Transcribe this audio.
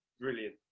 Brilliant